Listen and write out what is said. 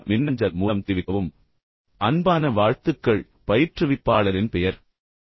உடனடியாக மின்னஞ்சல் மூலம் தெரிவிக்கவும் அன்பான வாழ்த்துக்கள் பயிற்றுவிப்பாளரின் பெயர்